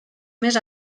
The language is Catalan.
més